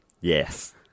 Yes